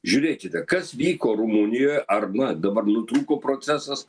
žiūrėkite kas vyko rumunijoj arba dabar nutrūko procesas